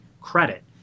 credit